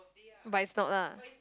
but it's not lah